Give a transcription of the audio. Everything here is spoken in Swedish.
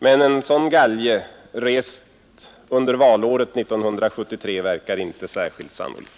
Men en sådan galge, rest under valåret 1973, verkar inte särskilt sannolik.